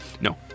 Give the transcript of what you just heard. No